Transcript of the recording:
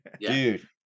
Dude